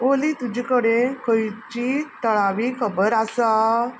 ओली तुजे कडेन खंयची थळावी खबर आसा